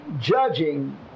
judging